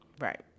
right